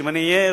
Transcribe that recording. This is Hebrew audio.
שאם אני אהיה,